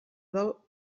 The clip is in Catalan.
del